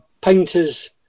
painter's